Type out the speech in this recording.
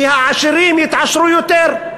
כי העשירים יתעשרו יותר,